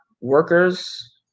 workers